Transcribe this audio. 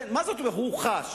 מה זאת אומרת הוא חש?